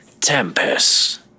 Tempest